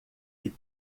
que